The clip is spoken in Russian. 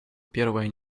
первое